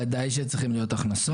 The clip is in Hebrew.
ודאי שצריכות להיות הכנסות.